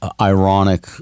ironic